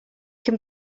can